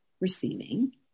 receiving